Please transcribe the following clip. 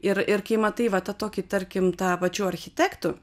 ir ir kai matai va tą tokį tarkim tą pačių architektų